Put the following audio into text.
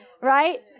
right